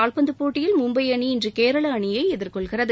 கால்பந்து போட்டியில் மும்பை அணி இன்று கேரள அணியை எதிர்கொள்கிறது